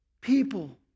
people